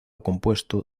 compuesto